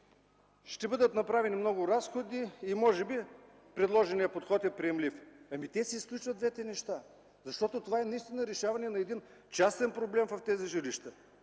ще бъдат направени много разходи и може би предложеният подход е приемлив. Ами те се изключват двете неща, защото това е наистина решаване на един частен проблем в тези жилища.